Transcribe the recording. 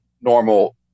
normal